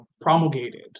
promulgated